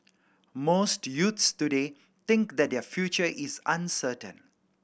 most youths today think that their future is uncertain